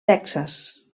texas